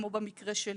כמו שמקרה שלי,